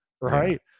Right